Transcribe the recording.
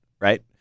right